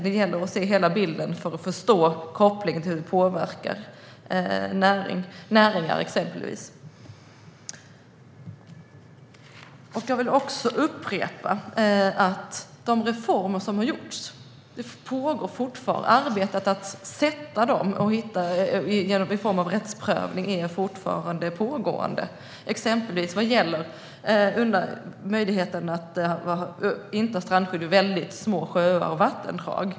Det gäller att se hela bilden för att förstå kopplingen till hur det exempelvis påverkar näringar. Jag vill upprepa att arbetet med de reformer som har gjorts fortfarande pågår. Rättsprövningen är fortfarande pågående, exempelvis vad gäller möjligheten att inte ha strandskydd vid väldigt små sjöar och vattendrag.